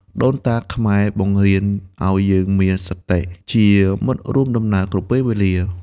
ដូនតាខ្មែរបង្រៀនឱ្យយើងមាន «សតិ» ជាមិត្តរួមដំណើរគ្រប់ពេលវេលា។